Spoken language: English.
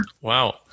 wow